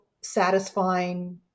satisfying